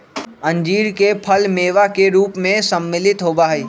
अंजीर के फल मेवा के रूप में सम्मिलित होबा हई